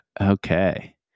Okay